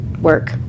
work